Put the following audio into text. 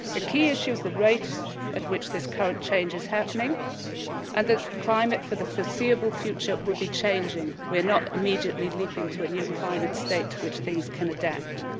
a key issue is the rate at which the current change is happening and the climate for the foreseeable future will be changing we're not immediately leaping to a new climate state which things can adapt,